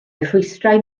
rhwystrau